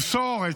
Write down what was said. למסור את